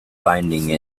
finding